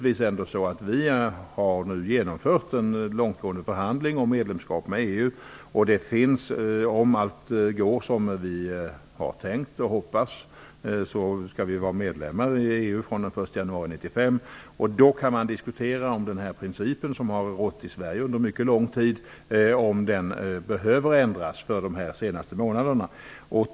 Vi har nu genomfört en långtgående förhandling om medlemskap i EU, och om allt går som vi har tänkt och hoppats, kommer Sverige att vara medlem i EU fr.o.m. den 1 januari 1995. Då kan man diskutera om den princip som har rått i Sverige under mycket lång tid behöver ändras för de senaste månaderna.